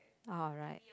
alright